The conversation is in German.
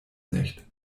nicht